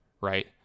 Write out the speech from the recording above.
right